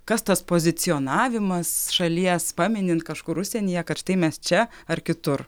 kas tas pozicionavimas šalies paminint kažkur užsienyje kad štai mes čia ar kitur